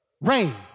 Rain